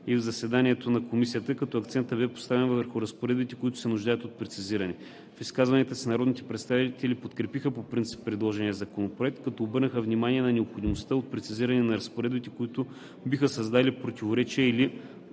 и в заседанието на Комисията, като акцентът бе поставен върху разпоредбите, които се нуждаят от прецизиране. В изказванията си народните представители подкрепиха по принцип предложения законопроект, като обърнаха внимание на необходимостта от прецизиране на разпоредбите, които биха създали противоречия или